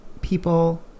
people